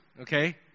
okay